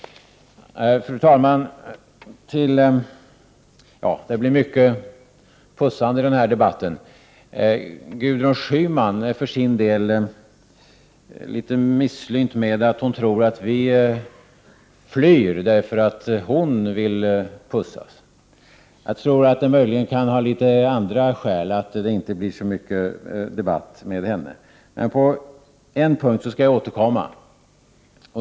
Fru talman! Det blir mycket pussande i den här debatten. Gudrun Schyman är för sin del litet misslynt, för hon tror att vi flyr därför att hon vill pussas. Jag tror att det möjligen kan finnas litet andra skäl till att det inte blir så mycket debatt med henne. På en punkt skall jag återkomma.